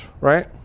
right